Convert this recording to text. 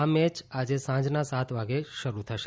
આ મેચ આજે સાંજના સાત વાગે શરુ થશે